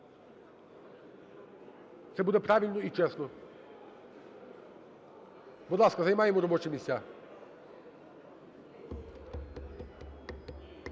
Це буде правильно і чесно. Будь ласка, займаємо робочі місця.